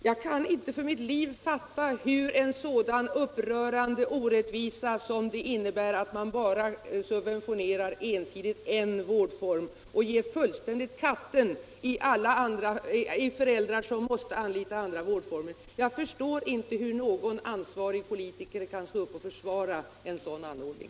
Jag kan inte för mitt liv fatta hur en så upprörande orättvisa får bestå som det innebär att ensidigt subventionera en vårdform och fullständigt strunta i föräldrar som måste anlita andra vårdformer. Jag förstår inte hur någon ansvarig politiker kan stå upp och försvara en sådan anordning.